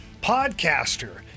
podcaster